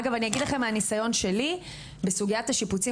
אגב אני אגיד לכם מהניסיון שלי בסוגית השיפוצים